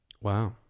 Wow